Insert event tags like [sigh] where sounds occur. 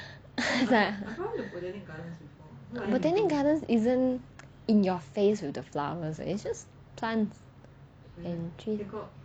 [laughs] it's like botanic gardens isn't in your face with the flowers it's just plants and trees